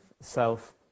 self